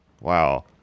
Wow